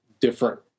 different